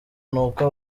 nuko